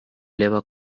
eleva